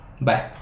Bye